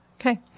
Okay